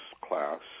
class